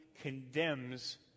condemns